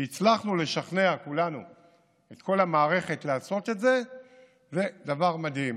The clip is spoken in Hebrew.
זה שהצלחנו לשכנע כולנו את כל המערכת לעשות את זה זה דבר מדהים.